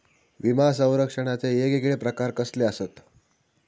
विमा सौरक्षणाचे येगयेगळे प्रकार कसले आसत?